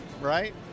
right